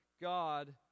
god